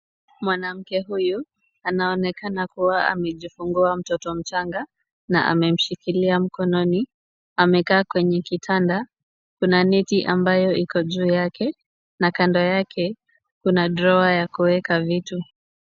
Mwanamke huyu anaonekana kuwa amejifungua mtoto mchanga na amemshikilia mkononi. Amekaa kwenye kitanda. Kuna neti ambayo iko juu yake na kando yake kuna drawer ya kuweka vitu.